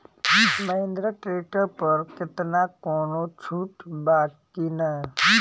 Mahindra tractor पर केतना कौनो छूट बा कि ना?